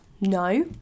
No